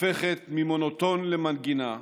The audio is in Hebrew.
הופכת ממונוטון למנגינה,